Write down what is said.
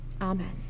Amen